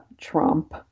Trump